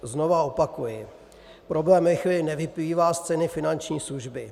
Znova opakuji, problém lichvy nevyplývá z ceny finanční služby.